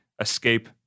escape